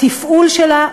בתפעול שלה,